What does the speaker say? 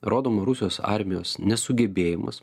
rodoma rusijos armijos nesugebėjimas